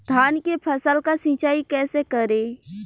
धान के फसल का सिंचाई कैसे करे?